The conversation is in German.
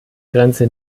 grenze